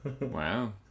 wow